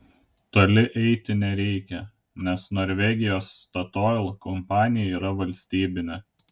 toli eiti nereikia nes norvegijos statoil kompanija yra valstybinė